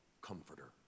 Comforter